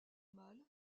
mal